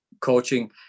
coaching